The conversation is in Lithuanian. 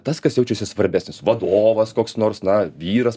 tas kas jaučiasi svarbesnis vadovas koks nors na vyras